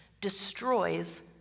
destroys